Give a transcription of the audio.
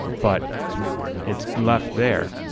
but it's left there,